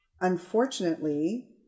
unfortunately